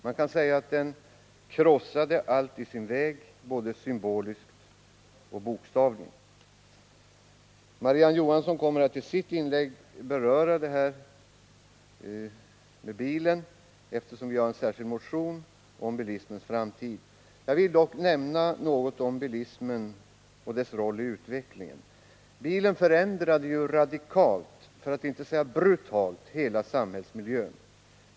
Man kan säga att den krossade allt i sin väg — både symboliskt och bokstavligen. Marie-Ann Johansson kommer i sitt inlägg att beröra vår särskilda motion om bilismens framtid. Jag vill dock nämna något om bilismens roll i utvecklingen. Bilen förändrade radikalt, för att inte säga brutalt, hela samhällsmiljön.